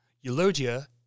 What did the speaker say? Eulogia